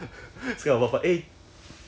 confirm mosaic the face and all [one]